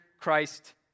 Christ